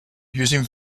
using